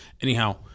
anyhow